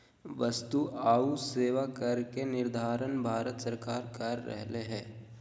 वस्तु आऊ सेवा कर के निर्धारण भारत सरकार कर रहले हें